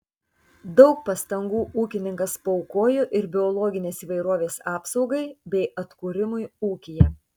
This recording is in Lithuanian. daug pastangų ūkininkas paaukojo ir biologinės įvairovės apsaugai bei atkūrimui ūkyje